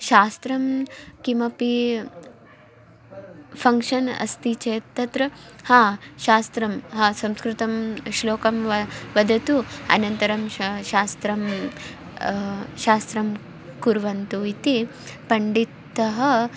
शास्त्रं किमपि फ़ङ्क्शन् अस्ति चेत् तत्र हा शास्त्रं ह संस्कृतं श्लोकं वा वदतु अनन्तरं श् शास्त्रं शास्त्रं कुर्वन्तु इति पण्डितः